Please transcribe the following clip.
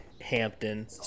Hampton